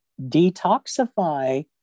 detoxify